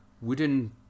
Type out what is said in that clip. wooden